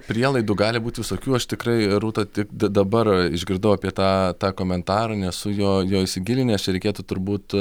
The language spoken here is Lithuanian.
prielaidų gali būt visokių aš tikrai rūta tik dabar išgirdau apie tą tą komentarą nesu jo jo įsigilinęs čia reikėtų turbūt